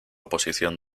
posición